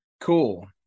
cool